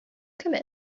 come